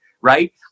right